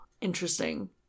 interesting